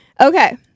Okay